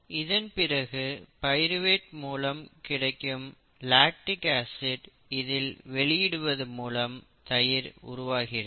இதன்பிறகு பைருவேட் மூலம் கிடைக்கும் லாக்டிக் ஆசிட் இதில் வெளியிடுவது மூலம் தயிர் உருவாகிறது